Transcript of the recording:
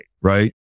right